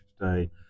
today